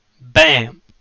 Bam